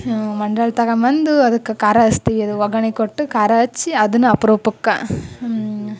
ಮಂಡಾಳ ತಗೊಬಂದು ಅದ್ಕೆ ಖಾರಾ ಹಚ್ತಿವಿ ಅದು ಒಗ್ಗರ್ಣೆ ಕೊಟ್ಟು ಖಾರಾ ಹಚ್ಚಿ ಅದನ್ನು ಅಪ್ರೂಪಕ್ಕೆ